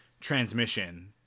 transmission